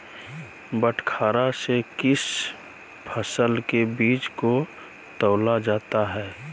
बटखरा से किस फसल के बीज को तौला जाता है?